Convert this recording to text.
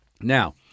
Now